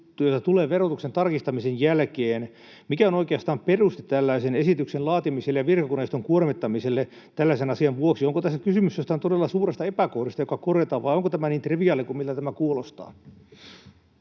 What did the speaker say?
joita tulee verotuksen tarkistamisen jälkeen. Mikä on oikeastaan perusta tällaisen esityksen laatimiselle ja virkakoneiston kuormittamiselle tällaisen asian vuoksi? Onko tässä kysymys jostain todella suuresta epäkohdasta, joka korjataan, vai onko tämä niin triviaali kuin miltä tämä kuulostaa?